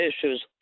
issues